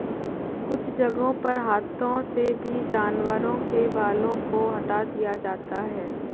कुछ जगहों पर हाथों से भी जानवरों के बालों को हटा दिया जाता है